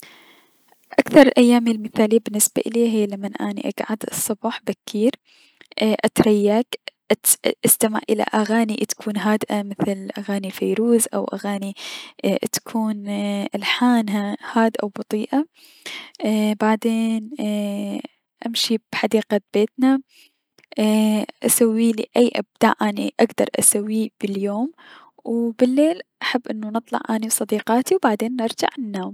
اكثر ايامي المثالية بلنسبة ليا هي لمن اني اكعد الصبح بكير, اي اتريك اتي استمع الى اغاني تكون هادئة مثل اغاني قيروز او اغاني اتكون الحانها هاجئة و بطيئة، اي بعدين ايي- امشي بحديقة بيتنا اسويلي اي ابداع اني اكدر اسويه باليوم و بالليل احب انو اطلع اني و صديقاتي و بعدين نلرجع ننام.